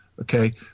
Okay